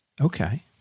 Okay